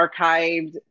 archived